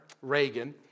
Reagan